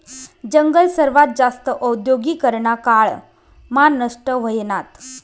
जंगल सर्वात जास्त औद्योगीकरना काळ मा नष्ट व्हयनात